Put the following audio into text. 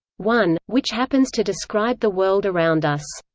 one, which happens to describe the world around us.